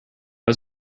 was